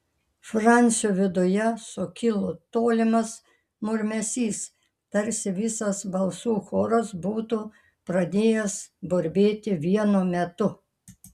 francio viduje sukilo tolimas murmesys tarsi visas balsų choras būtų pradėjęs burbėti vienu metu